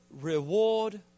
reward